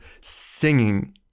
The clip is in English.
singing